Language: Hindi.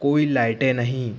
कोई लाइटें नहीं